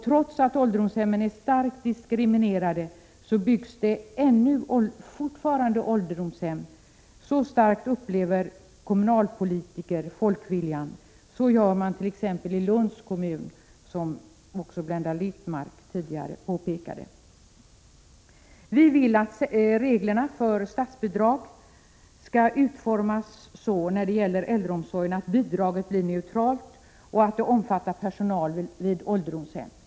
Trots att ålderdomshem är starkt diskriminerade byggs det fortfarande ålderdomshem. Så starkt upplever kommunpolitikerna folkviljan! Så gör man t.ex. i Lunds kommun — som också Blenda Littmarck påpekade. Vi vill att reglerna för statsbidrag skall utformas så, att bidraget blir neutralt och att det omfattar personal vid ålderdomshem.